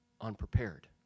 unprepared